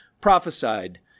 prophesied